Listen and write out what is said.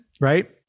right